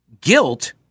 guilt